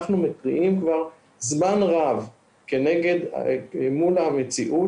אנחנו מתריעים כבר זמן רב מול המציאות